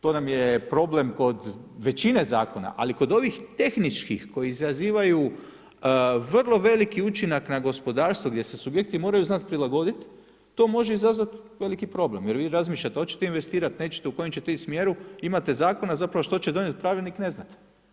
To nam je problem kod većine zakona, ali kod ovih tehničkih koji izazivaju vrlo veliki učinak na gospodarstvo gdje se subjekti moraju znat prilagodit, to može izazvat veliki problem jer vi razmišljate hoćete investirat, nećete, u kojem ćete ići smjeru, imate zakon zapravo što će donijet pravilnik, ne znate.